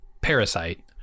parasite